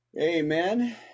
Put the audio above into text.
Amen